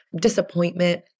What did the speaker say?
disappointment